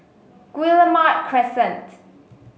Guillemard Crescent